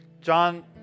John